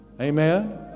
Amen